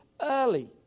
early